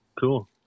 cool